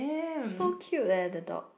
so cute eh the dog